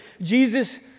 Jesus